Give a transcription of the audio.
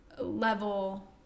level